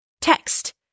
text